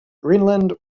greenland